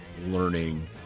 learning